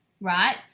right